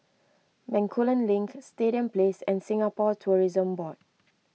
Bencoolen Link Stadium Place and Singapore Tourism Board